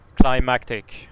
climactic